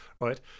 right